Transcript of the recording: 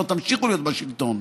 שלא תמשיכו להיות בשלטון,